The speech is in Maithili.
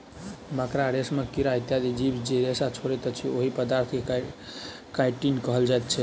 मकड़ा, रेशमक कीड़ा इत्यादि जीव जे रेशा छोड़ैत अछि, ओहि पदार्थ के काइटिन कहल जाइत अछि